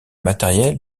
matériel